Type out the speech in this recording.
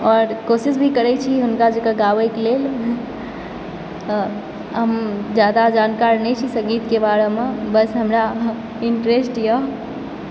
आओर कोशिश भी करैत छी हुनका जकाँ गाबयके लेल हम जादा जानकार नहि छी सङ्गीतके बारेमऽ बस हमरा इन्टरेस्टए